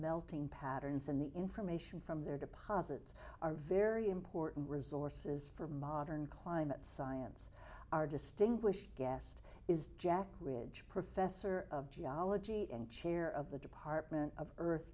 melting patterns in the information from their deposits are very important resources for modern climate science are distinguished guest is jack ridge professor of geology and chair of the department of earth